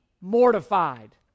mortified